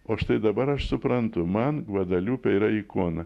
o štai dabar aš suprantu man gvadeliupė yra ikona